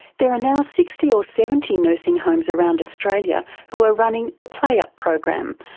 there are now sixty or seventy nursing homes around australia who are running the play up program,